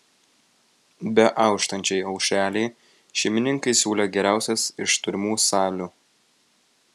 beauštančiai aušrelei šeimininkai siūlė geriausias iš turimų salių